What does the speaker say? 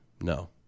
No